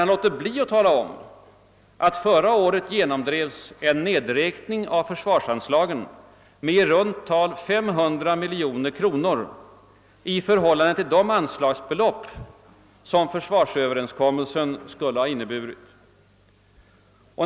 Han låter bli att tala om att han förra året genomdrev en nedräkning av försvarsanslagen med i runt tal 500 miljoner kronor i förhållande till de anslagsbelopp som försvarsöverenskommelsen skulle ha inneburit.